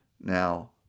Now